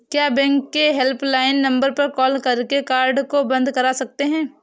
क्या बैंक के helpline number पर कॉल करके कार्ड को बंद करा सकते हैं?